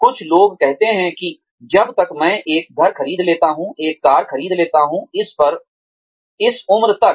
कुछ लोग कहते हैं कि जब तक मैं एक घर खरीद लेता हूं एक कार खरीद लेता हूं इस पर इस उम्र तक